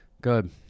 Good